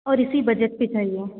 और इसी बजट पर चाहिए